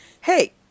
hey